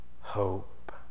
hope